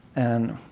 and